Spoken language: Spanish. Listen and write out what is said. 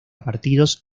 partidos